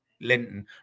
linton